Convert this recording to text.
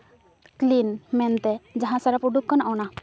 clean ᱢᱮᱱᱛᱮ ᱡᱟᱦᱟᱸ ᱥᱟᱨᱟᱯᱷ ᱩᱰᱩᱠ ᱠᱟᱱ ᱚᱱᱟ